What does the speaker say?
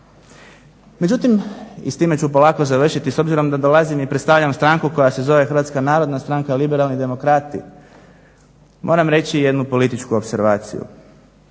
Međutim, i s time ću polako završiti, s obzirom da dolazim i predstavljam stranku koja se zove Hrvatska narodna stranka–Liberalni demokrati, moram jednu političku opservaciju.